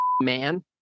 man